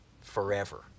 forever